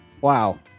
Wow